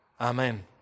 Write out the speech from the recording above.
amen